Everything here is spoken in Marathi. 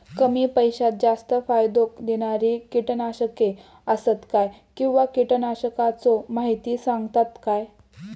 कमी पैशात जास्त फायदो दिणारी किटकनाशके आसत काय किंवा कीटकनाशकाचो माहिती सांगतात काय?